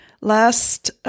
last